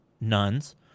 nuns